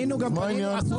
מה העניין?